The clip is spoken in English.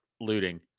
looting